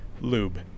lube